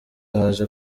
haje